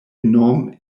nome